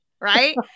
Right